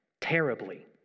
terribly